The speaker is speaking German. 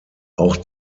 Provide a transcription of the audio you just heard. auch